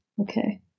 Okay